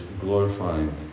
glorifying